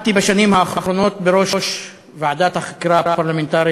בשנים האחרונות עמדתי בראש ועדת החקירה הפרלמנטרית,